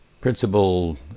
principle